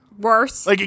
Worse